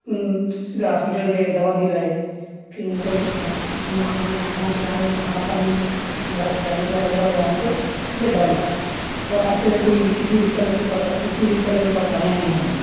सीधा हॉस्पिटल गए दवा दिलाए फिर उनको नाश्ता खाना खाना खिलाना खाना पानी खिलाने पिलाने के बाद वहाँ से सीधे घर लाए और रास्ते में कोई भी किसी भी तरह से परेशानी चाहे किसी भी तरह की परेशानियाँ नहीं आईं